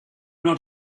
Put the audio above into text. not